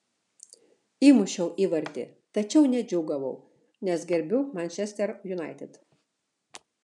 įmušiau įvartį tačiau nedžiūgavau nes gerbiu manchester united